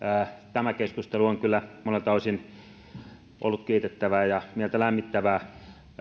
tämä keskustelu on kyllä monelta osin ollut kiitettävää ja mieltä lämmittävää